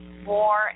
more